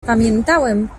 pamiętałem